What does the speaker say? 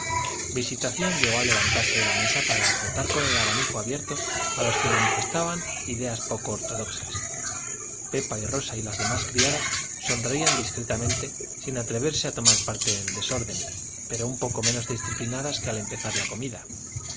visitación llegó a levantarse de la mesa para azotar con el abanico abierto a los que manifestaban ideas poco ortodoxas pepa y rosa y las demás criadas sonreían discretamente sin atreverse a tomar parte en el desorden pero un poco menos disciplinadas que al empezar la comida